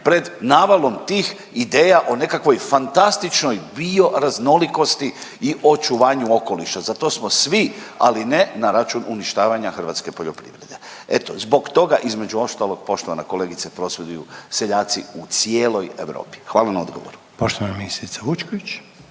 pred navalom tih ideja o nekakvoj fantastičnoj bioraznolikosti i očuvanju okoliša, za to smo svi ali ne na račun uništavanja hrvatske poljoprivrede. Eto, zbog toga između ostalog poštovana kolegice prosvjeduju seljaci u cijeloj Europi. Hvala na odgovoru. **Reiner, Željko